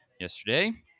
yesterday